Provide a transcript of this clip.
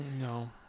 No